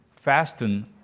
fasten